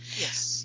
Yes